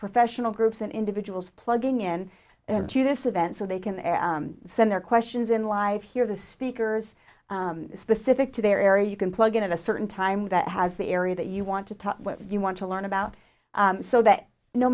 professional groups and individuals plugging in to this event so they can send their questions in live here the speakers specific to their area you can plug in at a certain time that has the area that you want to talk what you want to learn about so that no